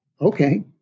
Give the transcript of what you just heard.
Okay